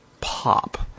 pop